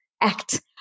act